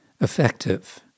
effective